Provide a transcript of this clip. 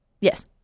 Yes